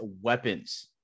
weapons